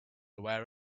aware